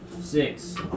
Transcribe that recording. Six